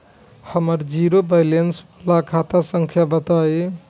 हमर zero balance वाला खाता संख्या बताई?